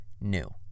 new